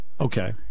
Okay